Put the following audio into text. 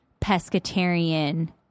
pescatarian